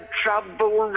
trouble